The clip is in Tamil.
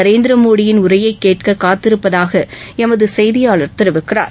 நரேந்திர மோடியின் உரையைக் கேட்கக் காத்திருப்பதாக எமது செய்தியாளர் தெரிவிக்கிறார்